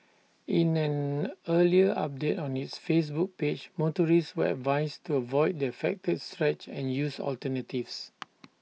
in an earlier update on its Facebook page motorists were advised to avoid the affected stretch and use alternatives